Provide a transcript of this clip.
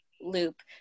loop